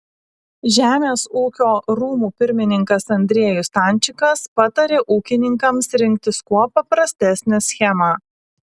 žemės ūkio rūmų pirmininkas andriejus stančikas patarė ūkininkams rinktis kuo paprastesnę schemą